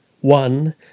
One